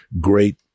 great